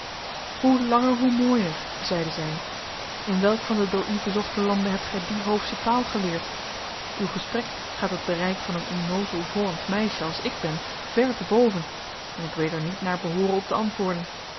hoe langer hoe mooier zeide zij in welk van de door u bezochte landen hebt gij die hoofsche taal geleerd uw gesprek gaat het bereik van een onnoozel hollandsch meisje als ik ben ver te boven en ik weet er niet naar behooren op te antwoorden